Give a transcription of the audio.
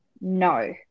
no